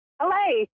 Hello